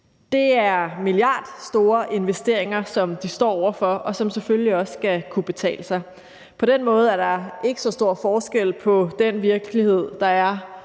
Det er milliardstore investeringer, som de står over for, og som selvfølgelig også skal kunne betale sig. På den måde er der ikke så stor forskel på den virkelighed, der er